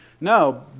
No